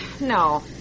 No